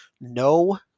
no